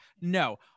no